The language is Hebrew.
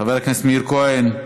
חבר הכנסת מאיר כהן,